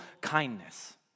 kindness